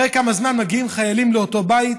אחרי כמה זמן מגיעים חיילים לאותו בית.